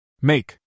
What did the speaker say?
Make